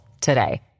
today